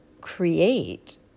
create